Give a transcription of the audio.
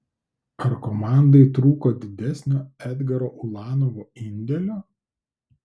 ar komandai trūko didesnio edgaro ulanovo indėlio